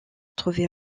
trouver